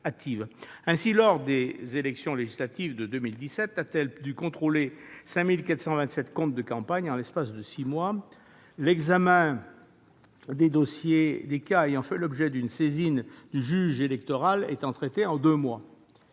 Ainsi, lors des élections législatives de 2017, elle a dû contrôler 5 427 comptes de campagne en l'espace de six mois, l'examen des cas ayant fait l'objet d'une saisine du juge électoral étant traité en deux mois.